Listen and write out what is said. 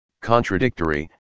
contradictory